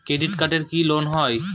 Credit কার্ডে কি loan হয়?